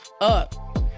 up